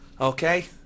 Okay